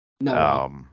No